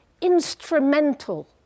instrumental